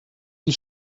die